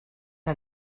que